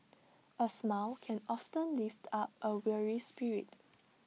A smile can often lift up A weary spirit